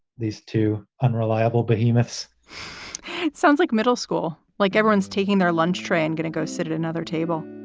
these two unreliable behemoths it sounds like middle school, like everyone's taking their lunch train, going to go sit at another table